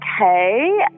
okay